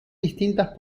distintas